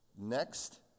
next